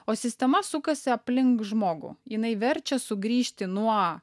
o sistema sukasi aplink žmogų jinai verčia sugrįžti nuo